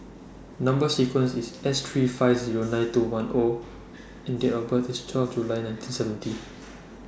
Number sequence IS S three five Zero nine two one O and Date of birth IS twelve July nineteen seventy